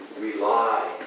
rely